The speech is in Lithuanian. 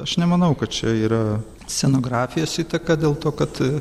aš nemanau kad čia yra scenografijos įtaka dėl to kad